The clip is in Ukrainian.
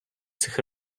цих